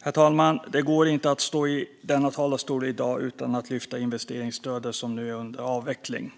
Herr talman! Det går inte att stå i denna talarstol i dag utan att ta upp investeringsstödet, som nu är under avveckling.